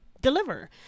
deliver